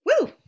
Woo